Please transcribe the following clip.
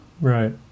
Right